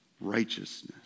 righteousness